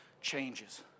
changes